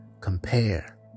compare